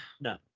No